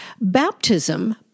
baptism